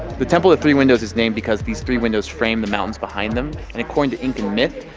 the temple of three windows is named because these three windows frame the mountains behind them, and according to incan myth,